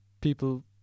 people